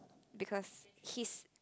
because he's